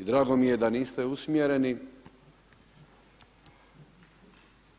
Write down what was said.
I drago mi je da niste usmjereni